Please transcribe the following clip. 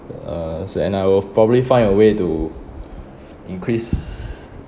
uh so and I will probably find a way to increase